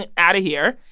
and out of here.